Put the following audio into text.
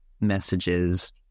messages